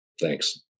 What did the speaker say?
Thanks